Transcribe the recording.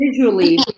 visually